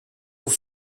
vous